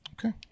Okay